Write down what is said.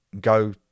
go